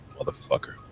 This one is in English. Motherfucker